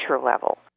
level